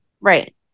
Right